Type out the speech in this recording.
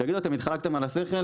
תגידו אתם התחלקתם על השכל?